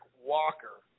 Walker